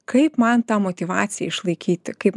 kaip man tą motyvaciją išlaikyti kaip